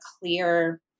clear